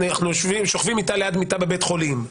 אנחנו שוכבים מיטה ליד מיטה בבית חולים,